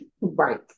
Right